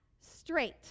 Straight